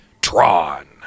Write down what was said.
Tron